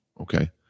Okay